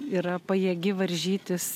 yra pajėgi varžytis